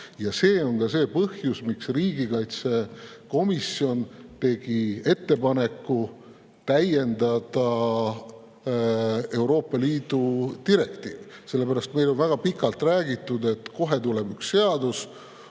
See on ka põhjus, miks riigikaitsekomisjon tegi ettepaneku Euroopa Liidu direktiivi täiendada. Meil on väga pikalt räägitud, et kohe tuleb üks seadus,